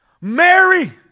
Mary